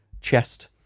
chest